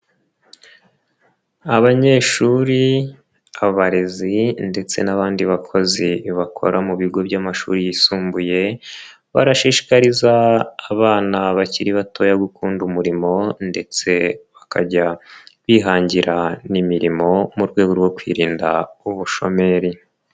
Abanyeshuri, abarezi ndetse n'abandi bakozi bakora mu bigo by'amashuri yisumbuye, barashishikariza abana bakiri bato gukunda umurimo ndetse bakajya bihangira n'imirimo mu rwego rwo kwirinda ubushomeri.